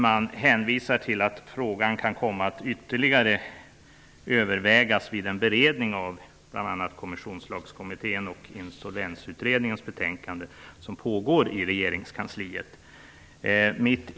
Man hänvisar till att frågan kan komma att ytterligare övervägas vid den beredning av bl.a. Kommissionslagskommitténs och Insolvensutredningens betänkanden som pågår i regeringskansliet.